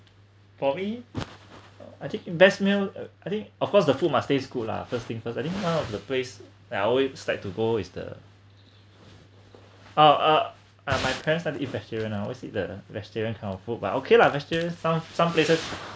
for me uh I think best meal uh I think of course the food must taste good lah first thing first I think now of the place I always like to go is the ah ah ah my parents are eat vegetarian which always eat the vegetarian kind of food but okay lah vegetarian some some places